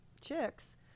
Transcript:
chicks